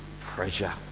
pressure